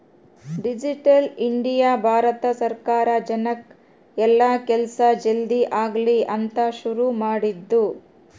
digital India Bharat ಸರ್ಕಾರ ಜನಕ್ ಎಲ್ಲ ಕೆಲ್ಸ ಜಲ್ದೀ ಆಗಲಿ ಅಂತ ಶುರು ಮಾಡಿದ್ದು